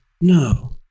no